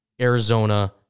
Arizona